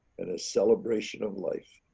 and a celebration of life.